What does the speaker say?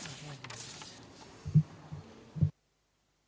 Hvala.